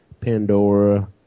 Pandora